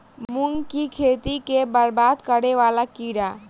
मूंग की खेती केँ बरबाद करे वला कीड़ा?